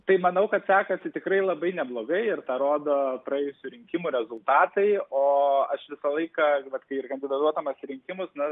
tai manau kad sekasi tikrai labai neblogai ir tą rodo praėjusių rinkimų rezultatai o aš visą laiką vat kai kandidatuodamas į rinkimus na